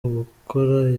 ugukora